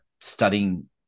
studying